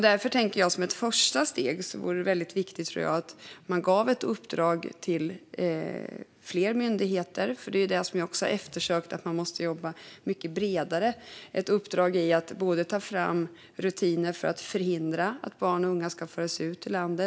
Därför tänker jag att det som ett första steg vore väldigt viktigt att ge ett uppdrag till fler myndigheter. Det har ju eftersökts att man måste jobba mycket bredare. Det handlar om ett uppdrag att ta fram rutiner för att förhindra att barn och unga förs ut ur landet.